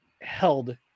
held